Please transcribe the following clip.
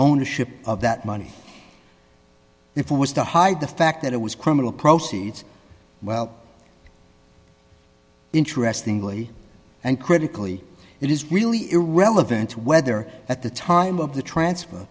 ownership of that money if it was to hide the fact that it was criminal proceeds well interestingly and critically it is really irrelevant whether at the time of the transfer